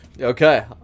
Okay